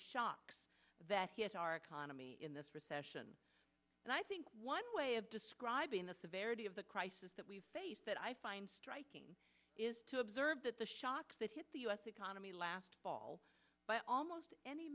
shocks that hit our economy in this recession and i think one way of describing the severity of the crisis that we've faced that i find striking is to observe that the shocks that hit the u s economy last fall by almost any